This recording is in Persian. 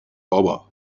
بابا